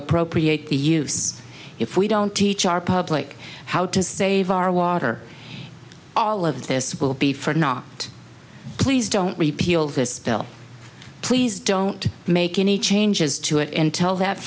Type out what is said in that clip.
appropriate the use if we don't teach our public how to save our water all of this will be for not please don't repeal this bill please don't make any changes to it and tell that